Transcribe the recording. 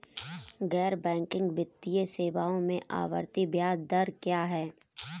गैर बैंकिंग वित्तीय सेवाओं में आवर्ती ब्याज दर क्या है?